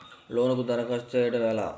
లోనుకి దరఖాస్తు చేయడము ఎలా?